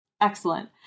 Excellent